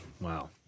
Wow